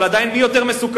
אבל עדיין, מי יותר מסוכן?